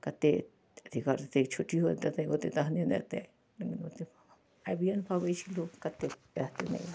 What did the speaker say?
कतेक की करतै छुट्टिओ देतै ओतेक तहने ने अयतै ने देतै आबिए नहि पाबै छै लोक कतेक किएकि